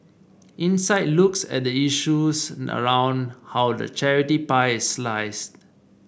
insight looks at the issues around how the charity pie is sliced